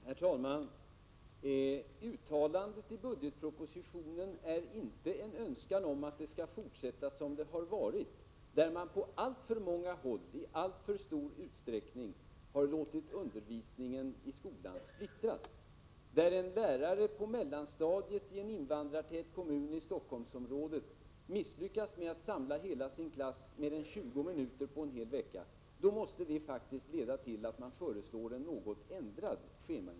Herr talman! Uttalandet i budgetpropositionen är inte ett uttryck för en önskan om att man skall fortsätta att låta det vara som det har varit — dvs. att man på alltför många håll och i alltför stor utsträckning har låtit undervisningen i skolan splittras. Det kan gälla den lärare på mellanstadiet i en invandrartät kommun i Stockholmsområdet som misslyckats med att samla hela sin klass under mer än 20 minuter på en hel vecka. Vetskapen om att sådant förekommer måste faktiskt leda till att man föreslår en något ändrad schemaindelning.